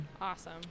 awesome